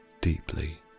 deeply